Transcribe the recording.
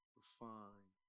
refine